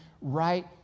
right